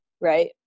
Right